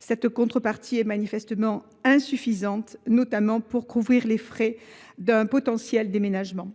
Cette contrepartie est manifestement insuffisante, notamment pour couvrir les frais d’un éventuel déménagement.